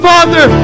Father